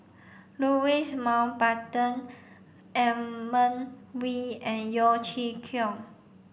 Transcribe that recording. Louis Mountbatten Edmund Wee and Yeo Chee Kiong